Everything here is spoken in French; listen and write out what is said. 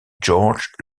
george